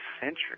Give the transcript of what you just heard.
century